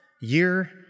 year